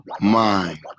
Mind